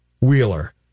Wheeler